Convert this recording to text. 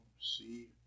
see